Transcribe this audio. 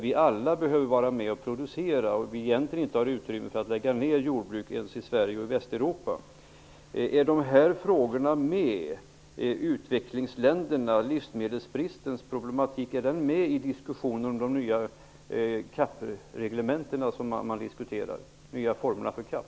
Vi behöver där alla vara med och producera och har egentligen inte utrymme ens i Sverige och i Västeuropa att lägga ner jordbruk. Är utvecklingsländernas och livsmedelsbristens problematik med i diskussionen om de nya CAP reglementen, dvs. de nya formerna för CAP?